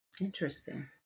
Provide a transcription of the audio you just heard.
interesting